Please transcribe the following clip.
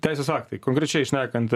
teisės aktai konkrečiai šnekant